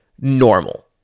normal